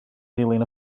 ddilyn